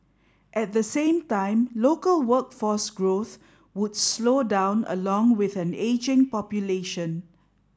at the same time local workforce growth would slow down along with an ageing population